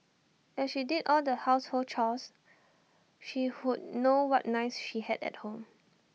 as she did all the household chores she would know what knives she had at home